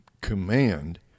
command